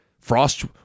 Frost